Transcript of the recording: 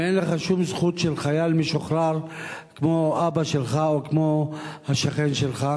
ואין לך שום זכות של חייל משוחרר כמו האבא שלך או כמו השכן שלך.